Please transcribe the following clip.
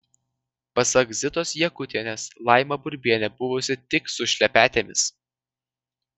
pasak zitos jakutienės laima burbienė buvusi tik su šlepetėmis